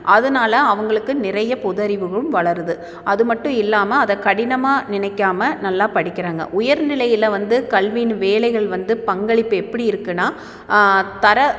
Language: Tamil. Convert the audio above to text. அதனால அவர்களுக்கு நிறைய பொது அறிவுகளும் வளருது அது மட்டும் இல்லாமல் அதை கடினமாக நினைக்காமல் நல்லா படிக்கிறாங்க உயர்நிலையில் வந்து கல்வின்னு வேலைகள் வந்து பங்களிப்பு எப்படி இருக்குன்னால் தர